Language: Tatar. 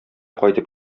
кайтып